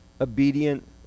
obedient